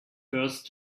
first